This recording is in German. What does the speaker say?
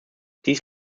dies